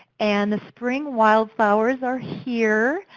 and the spring wildflowers are here.